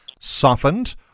softened